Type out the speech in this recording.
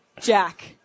Jack